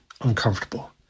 uncomfortable